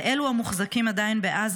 על אלו המוחזקים עדיין בעזה,